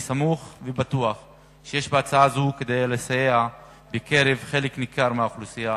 אני סמוך ובטוח שיש בהצעה זו כדי לסייע לחלק ניכר באוכלוסייה